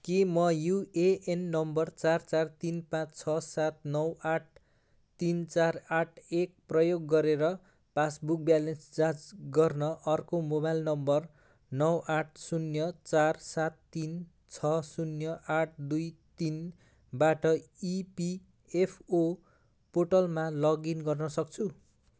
के म UAN number चार चार तिन पाँच छ सात नौ आठ तिन चार आठ एक प्रयोग गरेर पासबुक ब्यालेन्स जाँच गर्न अर्को मोबाइल नम्बर नौ आठ शून्य चार सात तिन छ शून्य आठ दुई तिनबाट इपिएफओ पोर्टलमा लगइन गर्न सक्छु